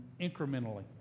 incrementally